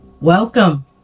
Welcome